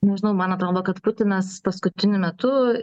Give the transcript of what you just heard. nežinau man atrodo kad putinas paskutiniu metu